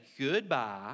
goodbye